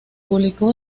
publicó